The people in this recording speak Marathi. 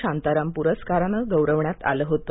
शांताराम प्रस्कारानं गौरवण्यात आलं होतं